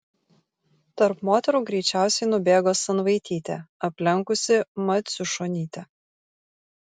tarp moterų greičiausiai nubėgo sanvaitytė aplenkusi maciušonytę